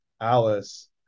Alice